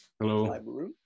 Hello